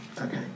Okay